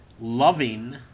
loving